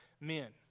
men